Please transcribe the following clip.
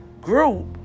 group